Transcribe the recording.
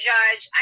Judge